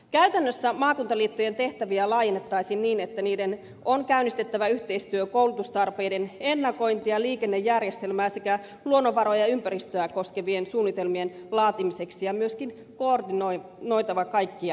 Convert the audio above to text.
käytännössä maakuntaliittojen tehtäviä laajennettaisiin niin että niiden on käynnistettävä yhteistyö koulutustarpeiden ennakointi ja liikennejärjestelmää sekä luonnonvaroja ja ympäristöä koskevien suunnitelmien laatimiseksi ja myöskin koordinoitava kaikkia niitä